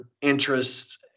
interests